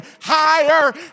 higher